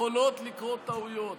יכולות לקרות טעויות,